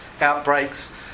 outbreaks